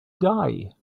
die